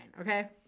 Okay